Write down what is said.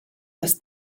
les